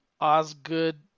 Osgood